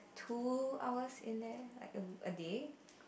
two hours in there like a day